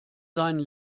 seinen